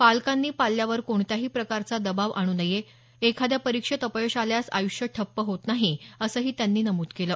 पालकांनी पाल्यावर कोणत्याही प्रकारचा दबाव आणू नये एखाद्या परीक्षेत अपयश आल्यास आय़्ष्य ठप्प होत नाही असंही त्यांनी नमूद केलं